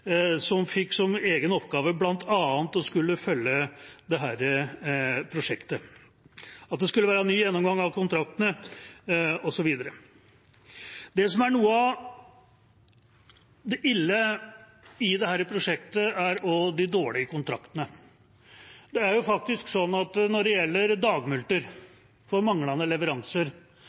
som fikk som egen oppgave bl.a. å skulle følge dette prosjektet. Det skulle være en ny gjennomgang av kontraktene, osv. Noe av det som er ille i dette prosjektet, er de dårlige kontraktene. Det er sånn at når det gjelder dagmulkter for manglende leveranser,